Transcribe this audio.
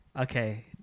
okay